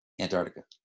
Antarctica